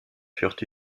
furent